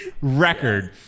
record